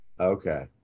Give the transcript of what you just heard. Okay